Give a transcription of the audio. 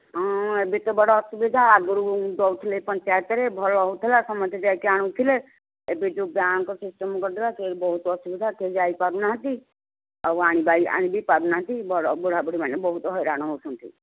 ହଁ ଏବେ ତ ବଡ଼ ଅସୁବିଧା ଆଗରୁ ଦେଉଥିଲେ ପଞ୍ଚାୟତରେ ଭଲ ହେଉଥିଲା ସମସ୍ତେ ଯାଇକି ଆଣୁଥିଲେ ଏବେ ଯେଉଁ ବ୍ୟାଙ୍କ ସିଷ୍ଟମ କରିଦେଲା ସେ ବହୁତ ଅସୁବିଧା କେହି ଯାଇ ପାରୁନାହାନ୍ତି ଆଉ ଆଣିବା ଆଣିବି ପାରୁନାହାନ୍ତି ବୁଢ଼ା ବୁଢ଼ୀ ମାନେ ବହୁତ ହଇରାଣ ହେଉଛନ୍ତି